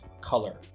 color